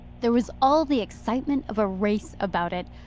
there was all the excitement of a race about it.